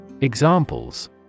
Examples